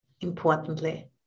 importantly